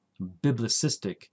biblicistic